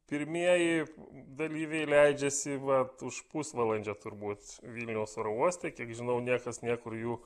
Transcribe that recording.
pirmieji dalyviai leidžiasi va už pusvalandžio turbūt vilniaus oro uoste kiek žinau niekas niekur jų